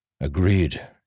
Agreed